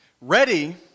Ready